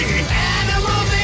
Animal